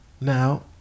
Now